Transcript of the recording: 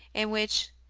in which,